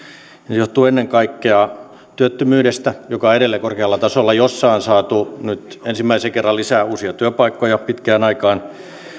se johtuu ennen kaikkea työttömyydestä joka on edelleen korkealla tasolla mutta on saatu nyt ensimmäisen kerran lisää uusia työpaikkoja pitkään aikaan